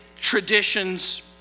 Traditions